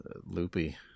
loopy